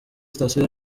sitasiyo